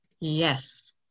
Yes